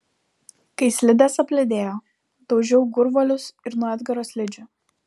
kai slidės apledėjo daužiau gurvuolius ir nuo edgaro slidžių